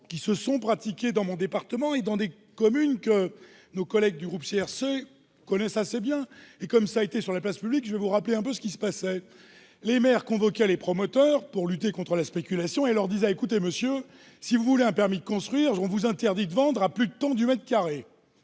qui ont eu cours dans mon département, dans des communes que nos collègues du groupe CRCE connaissent assez bien. Comme cela a été exposé sur la place publique, je vais brièvement rappeler ce qui se passait. Les maires convoquaient les promoteurs, pour lutter contre la spéculation, et leur disaient :« Écoutez, monsieur, si vous voulez un permis de construire, on vous interdit de vendre à plus de tant du mètre carré.-